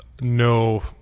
no